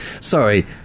Sorry